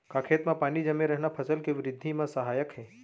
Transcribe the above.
का खेत म पानी जमे रहना फसल के वृद्धि म सहायक हे?